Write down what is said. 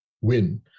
win